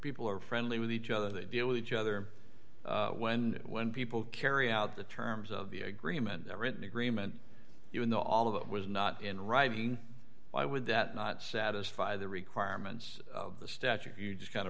people are friendly with each other they deal with each other when when people carry out the terms of the agreement a written agreement even though all of that was not in writing why would that not satisfy the requirements of the statute you just kind